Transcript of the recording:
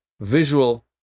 visual